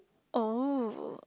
oh